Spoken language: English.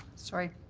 sorry.